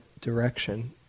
direction